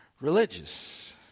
religious